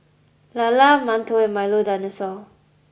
Lala mantou and Milo dinosaur